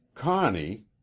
Connie